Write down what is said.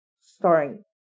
starring